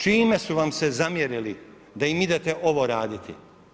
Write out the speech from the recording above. Čime su vam se zamjerili da im idete ovo raditi?